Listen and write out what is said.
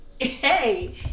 Hey